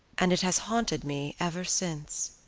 and it has haunted me ever since.